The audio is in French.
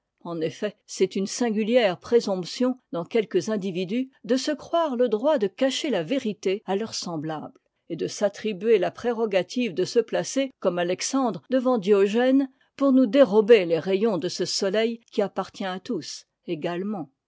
en effet c'est une singulière présomption dans quelques individus de se croire le droit de cacher la vérité à leurs semblables et de s'attribuer la prérogative de se placer comme alexandre devant diogène pour nous dérober les rayons de ce soleil qui appartient à tous également